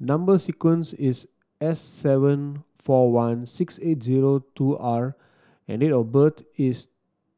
number sequence is S seven four one six eight zero two R and date of birth is